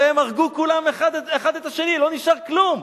הרי הם הרגו כולם האחד את השני, לא נשאר כלום.